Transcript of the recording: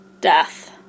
death